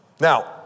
Now